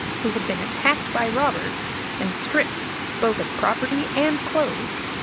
who had been attacked by robbers and stript both of property and clothes.